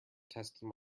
testing